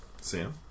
Sam